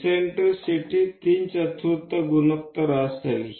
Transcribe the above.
eccentricity तीन चतुर्थ गुणोत्तर असेल